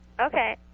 Okay